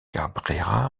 cabrera